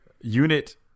Unit